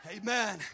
Amen